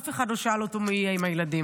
אף אחד לא שאל אותו מי יהיה עם הילדים,